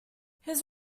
his